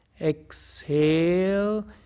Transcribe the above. Exhale